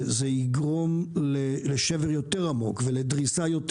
זה יגרום לשבר יותר עמוק ולדריסה יותר